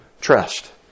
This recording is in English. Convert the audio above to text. Trust